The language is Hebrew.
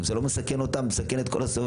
זה לא מסכן רק אותה, זה מסכן את כל הסובבים.